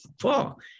fall